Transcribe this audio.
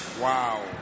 wow